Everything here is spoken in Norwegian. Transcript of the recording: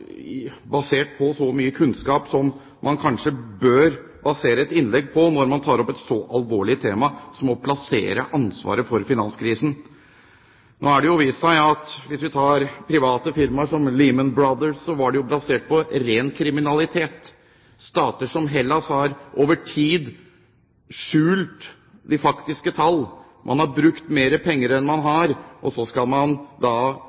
basert på så mye kunnskap som man kanskje bør basere et innlegg på, når man tar opp et så alvorlig tema som å plassere ansvaret for finanskrisen. Nå har det jo vist seg, hvis vi tar private firmaer som Lehman Brothers, at det var basert på ren kriminalitet. Stater som Hellas har over tid skjult de faktiske tall. Man har brukt mer penger enn man har, og så skal man